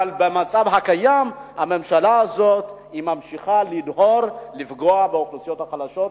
אבל במצב הקיים הממשלה הזאת ממשיכה לדהור ולפגוע באוכלוסיות החלשות.